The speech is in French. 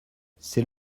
c’est